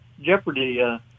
Jeopardy